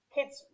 Kids